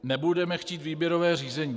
Nebudeme chtít výběrové řízení.